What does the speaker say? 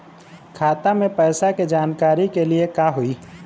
खाता मे पैसा के जानकारी के लिए का होई?